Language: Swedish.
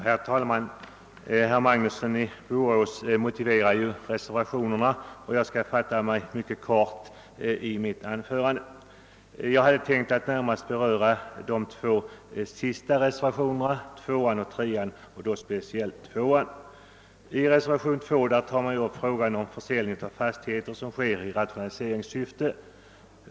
Herr talman! Herr Magnusson i Borås har här utförligt behandlat reservationerna, och jag kan därför fatta mig mycket kort. Jag tänker närmast beröra reservationerna 2 och 3, speciellt den förstnämnda. I reservationen 2 har frågan om försäljning av fastigheter i rationaliseringssyfte tagits upp.